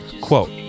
Quote